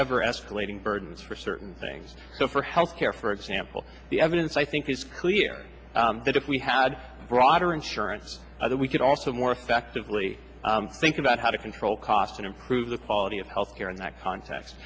ever escalating burdens for certain things for health care for example the evidence i think is clear that if we had broader insurance that we could also more effectively think about how to control costs and improve the quality of health care in that context